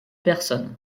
personnes